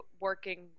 working